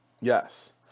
Yes